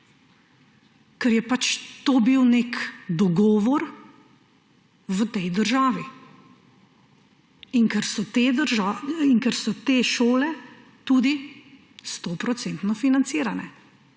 ker je pač to bil nek dogovor v tej državi in ker so te šole tudi stoprocentno financirane